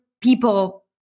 people